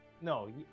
No